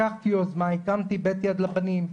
לקחתי יוזמה, הקמתי בית יד לבנים.